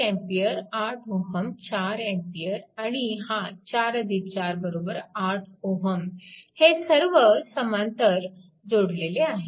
1A 8Ω 4A आणि हा 44 8Ω हे सर्व समांतर जोडलेले आहेत